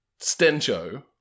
Stencho